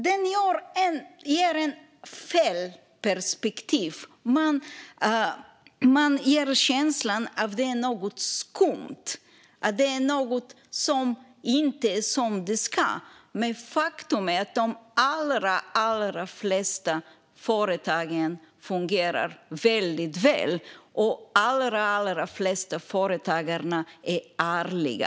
Det ger fel perspektiv, och det inger känslan av att det är något skumt och att något inte är som det ska. Faktum är att de allra, allra flesta företag fungerar väldigt väl, och de allra, allra flesta företagare är ärliga.